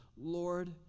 Lord